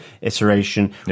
iteration